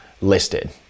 listed